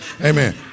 amen